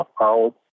out